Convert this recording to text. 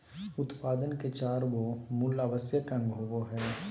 उत्पादन के चार गो मूल आवश्यक अंग होबो हइ